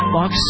Box